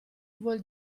vuol